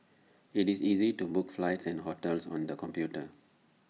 IT is easy to book flights and hotels on the computer